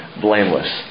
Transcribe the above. blameless